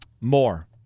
More